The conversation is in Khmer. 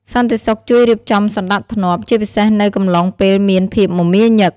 សន្តិសុខជួយរៀបចំសណ្តាប់ធ្នាប់ ជាពិសេសនៅកំឡុងពេលមានភាពមមាញឹក។